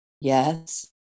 yes